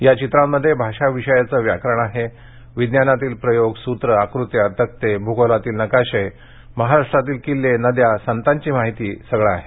या चित्रांमध्ये भाषा विषयाचं व्याकरण आहे विज्ञानातील प्रयोग सुत्रे आकृत्या तक्ते भुगोलातील नकाशे महाराष्ट्रातील किल्ले नद्या संतांची माहिती सगळं आहे